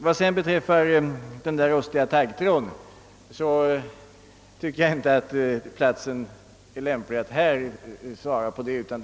Vad sedan den rostiga tråden beträffar är väl detta inte den lämpligaste platsen att svara på den frågan.